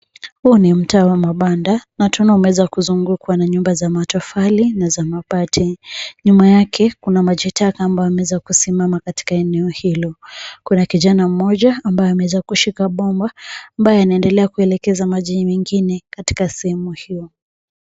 Huu ni mtaa wa mabanda na tunaona umeweza kuzungukwa na nyumba za matofari na za mabati. Nyuma yake kuna maji taka ambayo imeweza kusimama katika eneo hilo. Kuna kijana mmoja ambaye ameweza kushika bomba ambaye anaendelea kuelekeza maji mengine katika sehemu hiyo.